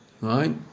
Right